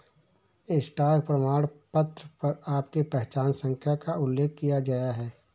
stock प्रमाणपत्र पर आपकी पहचान संख्या का उल्लेख किया गया है